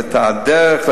ואת הדרך,